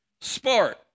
sport